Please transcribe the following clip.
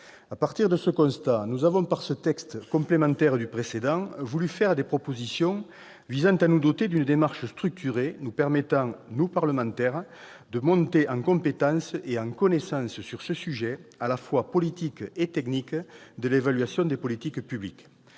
Forts de ce constat, nous avons voulu, au travers de ce texte, complémentaire du précédent, faire des propositions visant à nous doter d'une démarche structurée à même de permettre aux parlementaires de monter en connaissance et en compétence sur le sujet, à la fois politique et technique, de l'évaluation des politiques publiques.